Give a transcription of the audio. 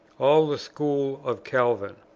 all of the school of calvin.